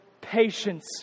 patience